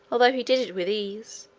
although he did it with ease,